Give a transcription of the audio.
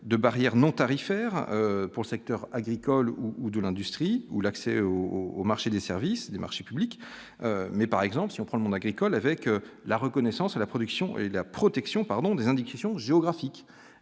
de barrières non tarifaires pour le secteur agricole ou de l'industrie ou l'accès au au marché des services des marchés publics, mais par exemple si on prend le monde agricole avec la reconnaissance et la production et la protection, pardon, des